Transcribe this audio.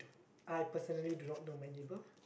I personally do not know my neighbor